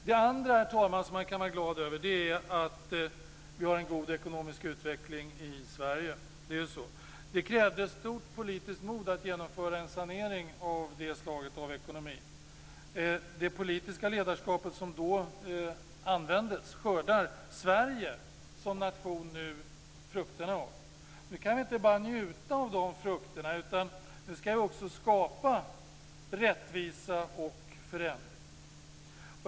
Det andra, herr talman, som man kan vara glad över är att vi har en god ekonomisk utveckling i Sverige, för så är det ju. Det krävdes stort politiskt mod att genomföra en sanering av ekonomin av det slaget. Det politiska ledarskap som då användes skördar Sverige som nation nu frukterna av. Men vi kan inte bara njuta de frukterna, utan nu ska vi också skapa rättvisa och förändring.